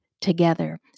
together